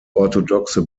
orthodoxe